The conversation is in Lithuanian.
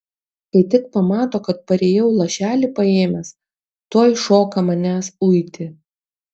kai tik pamato kad parėjau lašelį paėmęs tuoj šoka manęs uiti